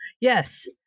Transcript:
yes